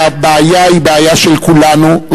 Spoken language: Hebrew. הבעיה היא בעיה של כולנו,